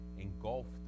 engulfed